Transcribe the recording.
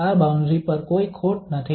આ બાઉન્ડ્રી પર કોઈ ખોટ નથી